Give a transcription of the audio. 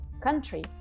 country